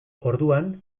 orduan